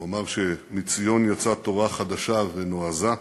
הוא אמר: מציון יצאה תורה חדשה ונועזה.